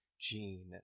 Gene